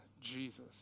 Jesus